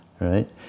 right